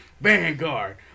Vanguard